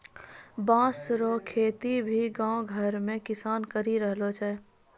बाँस रो खेती भी गाँव घर मे किसान करि रहलो छै